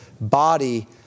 body